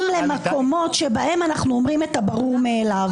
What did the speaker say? למקומות שבהם אנחנו אומרים את הברור מאליו.